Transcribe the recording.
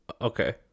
Okay